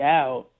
out